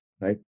right